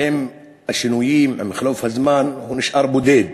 ועם השינויים, בחלוף הזמן, הוא נשאר בודד.